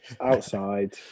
outside